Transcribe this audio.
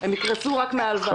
הם יקרסו רק מן ההלוואות.